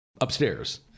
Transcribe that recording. upstairs